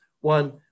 One